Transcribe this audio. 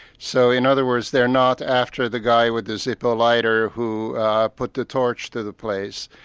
so in other words, they're not after the guy with the zippo lighter who put the torch to the place.